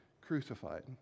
crucified